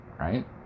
right